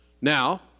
Now